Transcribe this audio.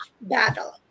battle